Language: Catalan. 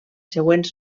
següents